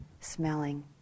smelling